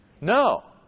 No